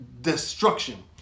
destruction